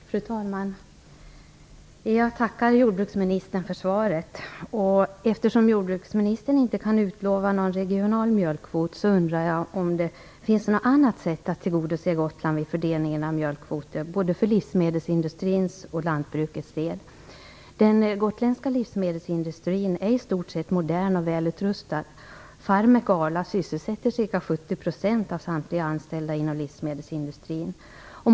Fru talman! Jag tackar jordbruksministern för svaret. Eftersom jordbruksministern inte kan utlova någon regional mjölkkvot undrar jag om det finns något annat sätt att tillgodose Gotland vid fördelningen av mjölkkvoter både för livsmedelsindustrins och lantbrukets del. Den gotländska livsmedelsindustrin är i stort sett modern och välutrustad. Farmek och Arla sysselsätter ca 70 % av samtliga anställda inom livsmedelsindustrin.